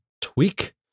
Tweak